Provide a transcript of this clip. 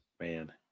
Man